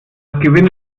gewinde